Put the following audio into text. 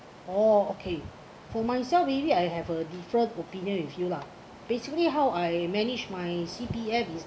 oh okay for myself really I have a different opinion with you lah basically how I manage my C_P_F is